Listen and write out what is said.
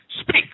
Speak